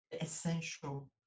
essential